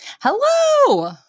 Hello